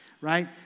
right